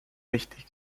wichtig